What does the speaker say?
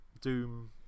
Doom